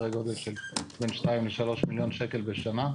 סדרי גודל של בין 2 ל-3 מיליון שקל בשנה.